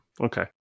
Okay